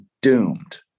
doomed